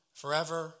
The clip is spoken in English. forever